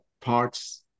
parts